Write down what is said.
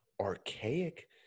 archaic